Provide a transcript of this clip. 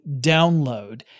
download